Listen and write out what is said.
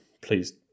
please